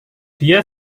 dia